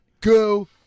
go